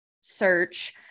search